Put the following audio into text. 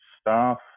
staff